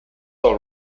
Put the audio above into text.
all